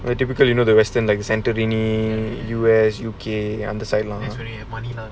the typical you know the western legs centered any U_S U_K and the site lah